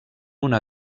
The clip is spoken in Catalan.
una